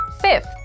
Fifth